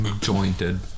jointed